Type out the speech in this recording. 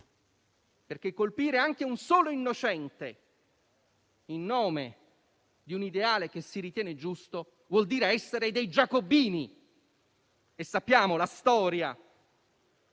perché colpire anche un solo innocente in nome di un ideale che si ritiene giusto vuol dire essere dei giacobini e sappiamo per